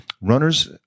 Runners